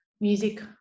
music